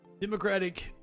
Democratic